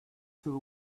till